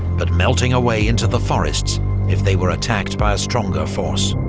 but melting away into the forests if they were attacked by a stronger force.